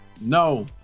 No